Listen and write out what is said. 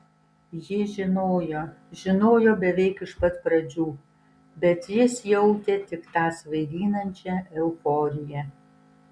ji žinojo žinojo beveik iš pat pradžių bet jis jautė tik tą svaiginančią euforiją